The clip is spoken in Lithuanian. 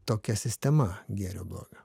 tokia sistema gėrio blogio